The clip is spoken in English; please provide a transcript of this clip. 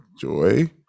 Joy